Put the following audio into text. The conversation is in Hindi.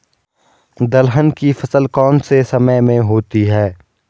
दलहन की फसल कौन से समय में होती है?